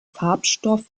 farbstoff